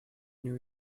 new